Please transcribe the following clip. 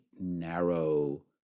narrow